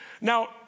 Now